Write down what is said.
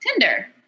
Tinder